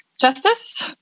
Justice